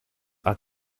are